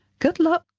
good luck!